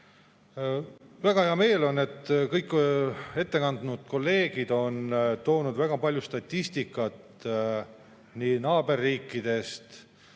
Väga hea meel on, et kõik ettekande teinud kolleegid on toonud väga palju statistikat nii naaberriikidest